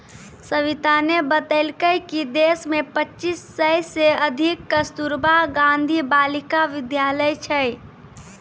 सविताने बतेलकै कि देश मे पच्चीस सय से अधिक कस्तूरबा गांधी बालिका विद्यालय छै